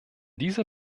dieser